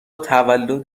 تولد